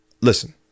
Listen